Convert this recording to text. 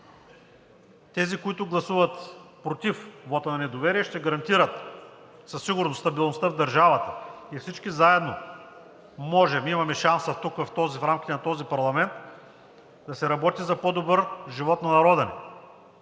Тези, които гласуват против вота на недоверие, ще гарантират със сигурност стабилността в държавата и всички заедно можем, имаме шанса тук, в рамките на този парламент, да се работи за по добър живот на народа ни,